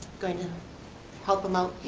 going to help them out,